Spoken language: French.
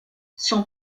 son